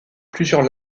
plusieurs